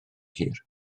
hir